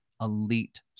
elite